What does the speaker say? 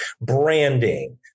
branding